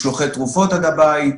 משלוחי תרופות עד הבית,